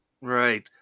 Right